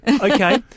Okay